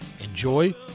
enjoy